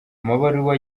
amabaruwa